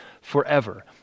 forever